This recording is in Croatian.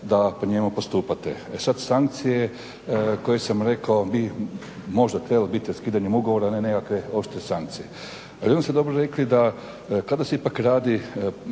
da po njemu postupate. E sad sankcije koje sam rekao bi možda trebale biti raskidanjem ugovora, a ne nekakve oštre sankcije. Ali … ste dobro rekli da kada se ipak radi